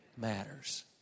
matters